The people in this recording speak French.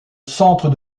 centre